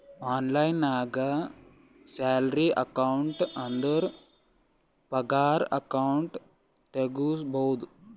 online ನಾಗ್ salary account ಅಂದುರ್ ಪಗಾರ ಅಕೌಂಟ್ ತೆಗುಸ್ಬೋದು